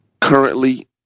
currently